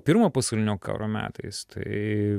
pirmo pasaulinio karo metais tai